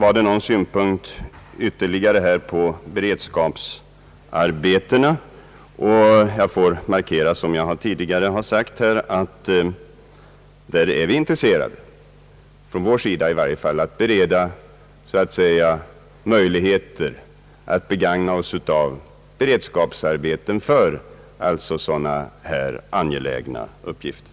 Beträffande beredskapsarbetena får jag markera som jag tidigare sagt att vi är intresserade, från kommunikationsdepartementets sida att bereda möjligheter till att utnyttja vägprojekt som beredskapsarbeten.